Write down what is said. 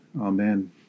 Amen